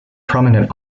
prominent